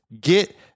get